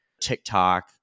TikTok